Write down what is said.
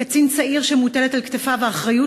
קצין צעיר שמוטלת על כתפיו האחריות